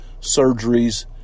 surgeries